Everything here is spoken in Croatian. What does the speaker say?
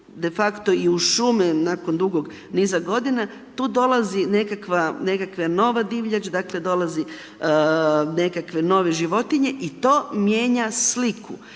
de facto i u šume nakon dugog niza godina, tu dolazi nekakva nova divljač, dakle dolazi nekakve nove životinje i to mijenja sliku